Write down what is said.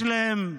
יש להם צורך,